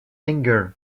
anger